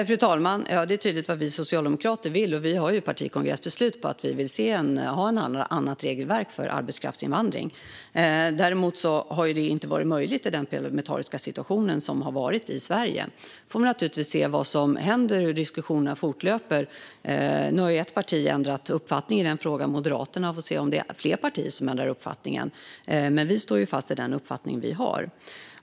Fru talman! Det är tydligt vad vi socialdemokrater vill, och vi har ett partikongressbeslut på att vi vill ha ett annat regelverk för arbetskraftsinvandring. Det har dock inte varit möjligt att genomföra i den parlamentariska situation som har varit i Sverige. Vi får se vad som händer och hur diskussionerna fortlöper. Ett parti, Moderaterna, har ändrat uppfattning i denna fråga. Vi får se om fler partier ändrar uppfattning. Vi står dock fast vid den uppfattning vi har.